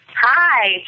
Hi